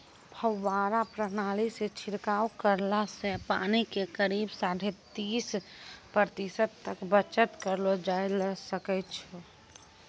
फव्वारा प्रणाली सॅ छिड़काव करला सॅ पानी के करीब साढ़े तीस प्रतिशत तक बचत करलो जाय ल सकै छो